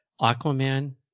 Aquaman